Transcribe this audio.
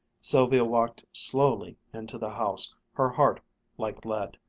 sylvia walked slowly into the house, her heart like lead.